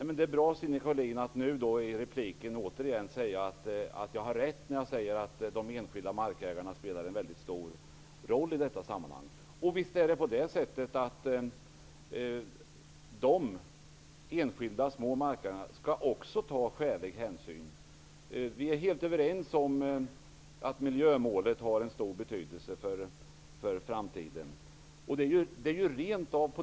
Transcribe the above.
Herr talman! Det är bra att Sinikka Bohlin återigen i en replik säger att jag har rätt i påståendet att de enskilda markägarna spelar en väldigt stor roll i detta sammanhang. Visst skall också dessa enskilda ägare till små marker ta skälig hänsyn. Vi är helt överens om att miljömålet har en stor betydelse för framtiden.